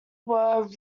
were